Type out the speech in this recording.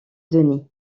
denis